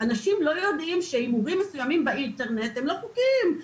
אנשים לא יודעים שהימורים מסוימים באינטרנט הם לא חוקיים,